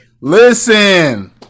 Listen